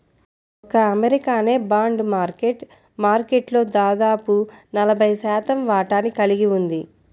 ఒక్క అమెరికానే bond market మార్కెట్లో దాదాపు నలభై శాతం వాటాని కలిగి ఉంది